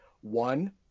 One